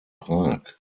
prag